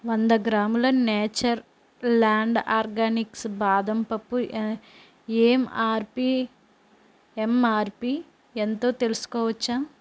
వంద గ్రాముల Natureland Organics బాదం పప్పు ఏంఆర్పీ ఎంఆర్పీ ఎంతో తెలుసుకోవచ్చా